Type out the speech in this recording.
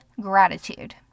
gratitude